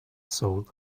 soul